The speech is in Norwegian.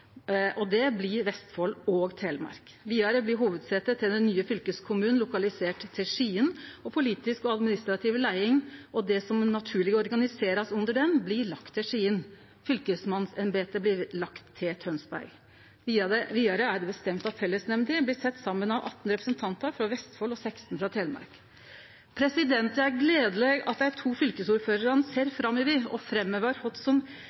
og det blir Vestfold og Telemark. Vidare blir hovudsetet til den nye fylkeskommunen lokalisert til Skien, og politisk og administrativ leiing og det som naturleg organiserast under ho, blir lagd til Skien. Fylkesmannsembetet blir lagt til Tønsberg. Vidare er det bestemt at fellesnemnda blir sett saman av 18 representantar frå Vestfold og 16 frå Telemark. Det er gledeleg at dei to fylkesordførarane ser framover og framhevar kva dei ser på som